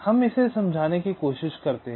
हम इसे समझाने की कोशिश करते हैं